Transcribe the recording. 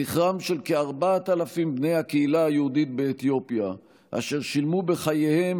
זכרם של כ-4,000 בני הקהילה היהודית באתיופיה אשר שילמו בחייהם